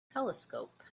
telescope